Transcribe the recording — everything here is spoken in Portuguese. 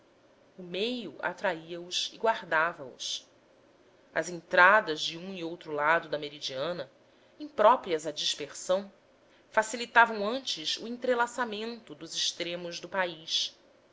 o meio atraía os e guardava os as entradas de um e outro lado da meridiana impróprias à dispersão facilitavam antes o entrelaçamento dos extremos do país